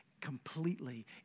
completely